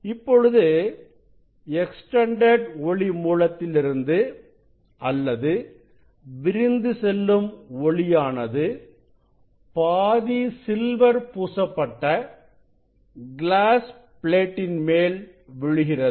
இப்பொழுது எக்ஸ்டெண்டெட் ஒளி மூலத்திலிருந்து அல்லது விரிந்து செல்லும் ஒளியானது பாதி சில்வர் பூசப்பட்ட கிளாஸ் பிளேட்டின் மேல் விழுகிறது